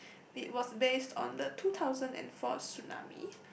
it was based on the two thousand and fourth tsunami